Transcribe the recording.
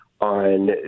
on